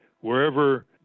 wherever